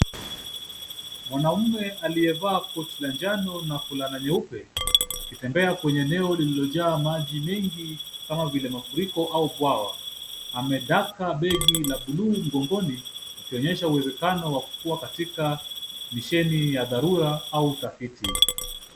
Mwanamume aliyevaa koti la njano na fulana nyeupe akitembea kwenye eneo lililojaa maji mingi kama vile mafuriko au bwawa. Amedaka begi la buluu mgongoni akionyesha uwezekano wa kukuwa katika misheni ya dharura au utafiti.